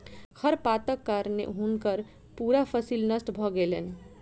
खरपातक कारणें हुनकर पूरा फसिल नष्ट भ गेलैन